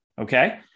okay